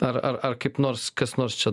ar ar ar kaip nors kas nors čia